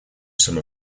some